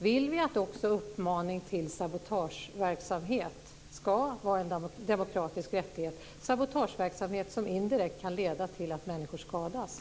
Vill vi att också uppmaning till sabotageverksamhet som indirekt kan leda till att människor skadas ska vara en demokratisk rättighet?